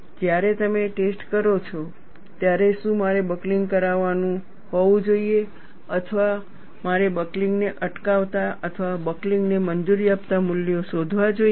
જ્યારે તમે ટેસ્ટ કરો છો ત્યારે શું મારે બકલિંગ કરાવવાનું હોવું જોઈએ અથવા મારે બકલિંગ ને અટકાવતા અથવા બકલિંગ ને મંજૂરી આપતા મૂલ્યો શોધવા જોઈએ